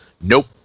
Nope